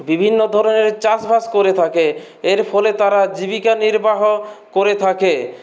বিভিন্ন ধরনের চাষবাস করে থাকে এর ফলে তারা জীবিকা নির্বাহ করে থাকে